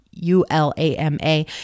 U-L-A-M-A